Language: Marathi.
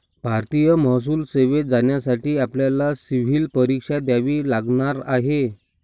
भारतीय महसूल सेवेत जाण्यासाठी आपल्याला सिव्हील परीक्षा द्यावी लागणार आहे